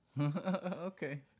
Okay